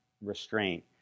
restraint